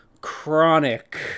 chronic